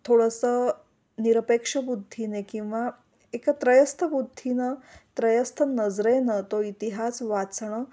थोडंसं निरपेक्ष बुद्धीने किंवा एक त्रयस्त बुद्धीनं त्रयस्थ नजरेनं तो इतिहास वाचणं